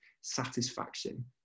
satisfaction